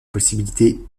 possibilité